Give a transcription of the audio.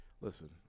listen